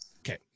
okay